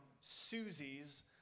Susie's